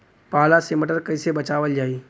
पाला से मटर कईसे बचावल जाई?